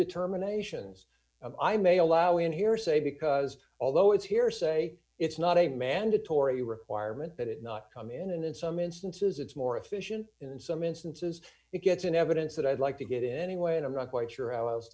determinations i may allow in hearsay because although it's hearsay d it's not a mandatory requirement that it not come in and in some instances it's more efficient in some instances it gets in evidence that i'd like to get in anyway and i'm not quite sure how